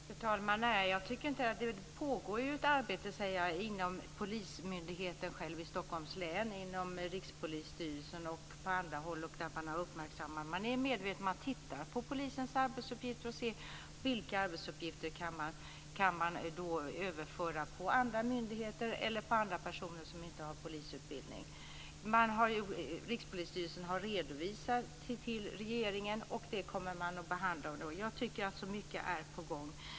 Fru talman! Nej, jag tycker inte det. Jag säger ju att det pågår ett arbete inom polismyndigheten i Stockholms län, inom Rikspolisstyrelsen och på andra håll, där man tittar på polisens arbetsuppgifter och ser på vilka av dessa som kan överföras till andra myndigheter eller till personer som inte har polisutbildning. Rikspolisstyrelsen har redovisat detta arbete för regeringen, och resultatet kommer att behandlas. Det är mycket på gång.